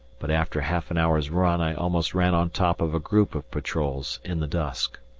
but after half an hour's run i almost ran on top of a group of patrols in the dusk.